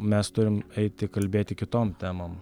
mes turim eiti kalbėti kitom temom